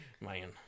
Man